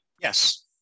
Yes